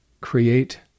create